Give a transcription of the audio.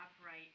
upright